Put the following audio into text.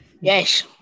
Yes